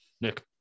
nick